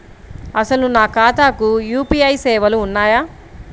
అసలు నా ఖాతాకు యూ.పీ.ఐ సేవలు ఉన్నాయా?